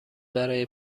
برای